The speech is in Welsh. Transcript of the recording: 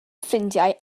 ffrindiau